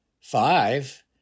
Five